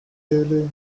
daily